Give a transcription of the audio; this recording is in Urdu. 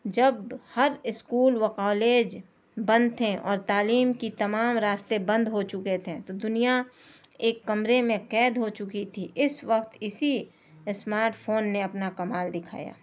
جب ہر اسکول و کالج بند تھے اور تعلیم کی تمام راستے بند ہو چکے تھے تو دنیا ایک کمرے میں قید ہو چکی تھی اس وقت اسی اسمارٹ فون نے اپنا کمال دکھایا